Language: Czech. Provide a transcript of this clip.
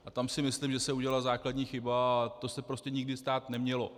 A tam si myslím, že se udělala základní chyba, to se prostě nikdy stát nemělo.